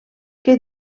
que